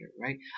right